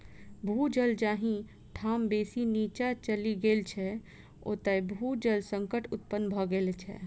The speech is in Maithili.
भू जल जाहि ठाम बेसी नीचाँ चलि गेल छै, ओतय भू जल संकट उत्पन्न भ गेल छै